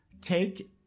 take